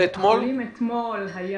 החולים אתמול?